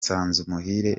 nsanzumuhire